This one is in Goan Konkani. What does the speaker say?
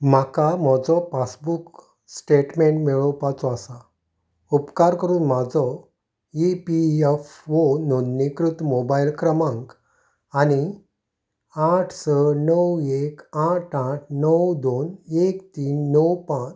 म्हाका म्हजो पासबुक स्टेटमेंट मेळोवपाचो आसा उपकार करून म्हजो ई पी एफ ओ नोंदणीकृत मोबायल क्रमांक आनी आठ स णव एक आठ आठ णव दोन एक तीन णव पांच